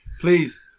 Please